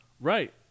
Right